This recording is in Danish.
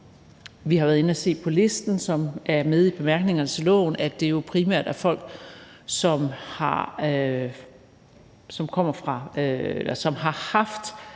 vi har været inde og se på listen, som er med i bemærkningerne til lovforslaget, at det primært er folk, som har haft